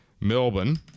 Melbourne